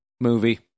movie